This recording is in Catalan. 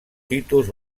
titus